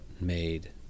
made